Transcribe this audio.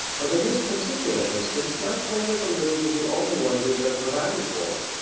but in this particular instance my poor little lizzy is the only one who is unprovided for.